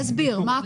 תסביר מה הקושי.